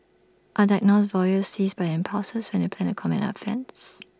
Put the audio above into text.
are diagnosed voyeurs seized by their impulses when they plan to commit an offence